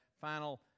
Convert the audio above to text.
final